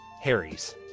Harry's